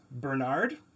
bernard